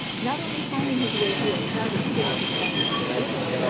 not only finding his way through a crowded city to the banks of the river,